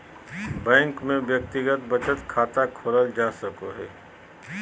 bank में व्यक्तिगत बचत खाता खोलल जा सको हइ